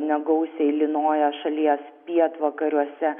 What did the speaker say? negausiai lynoja šalies pietvakariuose